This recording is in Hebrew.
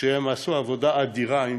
שעשו עבודה אדירה,